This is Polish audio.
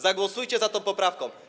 Zagłosujcie za tą poprawką.